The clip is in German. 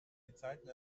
gezeiten